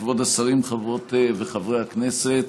כבוד השרים, חברות וחברי הכנסת,